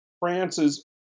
France's